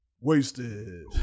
Wasted